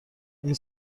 این